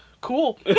cool